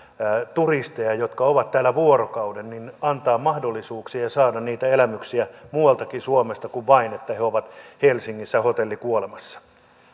turisteille jotka ovat täällä vuorokauden mahdollisuuksia saada niitä elämyksiä muualtakin suomesta kuin vain niin että he ovat helsingissä hotellikuolemassa